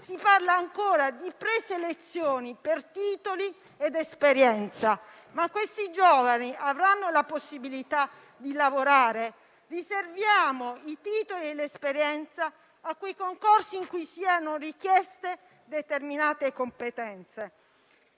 si parla ancora di preselezioni per titoli ed esperienza, ma questi giovani avranno la possibilità di lavorare? Riserviamo i titoli e l'esperienza a quei concorsi in cui siano richieste determinate competenze.